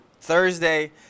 Thursday